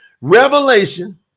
Revelation